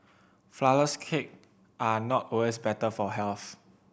flourless cake are not always better for health